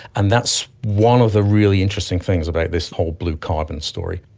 and that's one of the really interesting things about this whole blue carbon story.